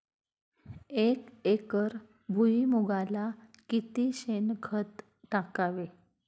एक एकर भुईमुगाला किती शेणखत टाकावे?